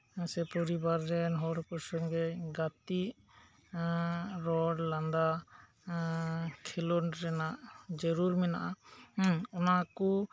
ᱥᱮ ᱯᱚᱨᱤᱵᱟᱨ ᱨᱮᱱ ᱦᱚᱲ ᱠᱚ ᱥᱚᱝᱜᱮ ᱜᱟᱛᱤᱜ ᱟᱨ ᱨᱚᱲ ᱞᱟᱸᱫᱟ ᱠᱷᱮᱞᱳᱸᱰ ᱨᱮᱭᱟᱜ ᱡᱟᱨᱩᱲ ᱢᱮᱱᱟᱜᱼᱟ ᱦᱮᱸ ᱚᱱᱟ ᱠᱚ